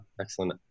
excellent